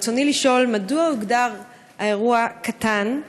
רצוני לשאול: 1. מדוע הוגדר האירוע "קטן"?